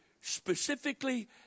specifically